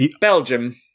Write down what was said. Belgium